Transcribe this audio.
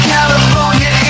California